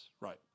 right